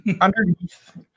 underneath